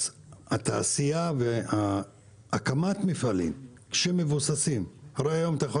התעשייה והקמת מפעלים שמבוססים הרי היום אתה יכול